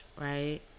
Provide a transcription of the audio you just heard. right